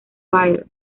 fire